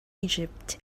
egypt